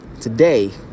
today